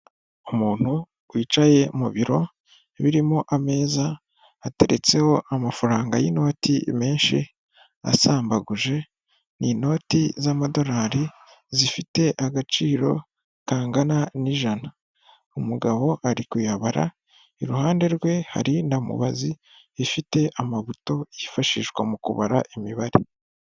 Umuntu wicaye mu biro birimo ameza ateretseho amafaranga y'inoti menshi asambaguje, ni inoti z'amadolari zifite agaciro kangana n'ijana, umugabo ari kuyabara, iruhande rwe hari na mubazi ifite amabuto yifashishwa mu kubara imibare.